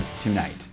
tonight